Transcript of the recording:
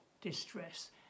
distress